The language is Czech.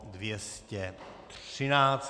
213.